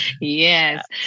Yes